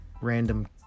random